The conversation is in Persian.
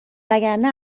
وگرنه